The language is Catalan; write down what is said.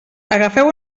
agafeu